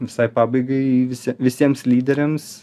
visai pabaigai visi visiems lyderiams